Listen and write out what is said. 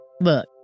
Look